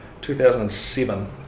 2007